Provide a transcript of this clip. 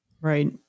right